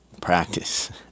practice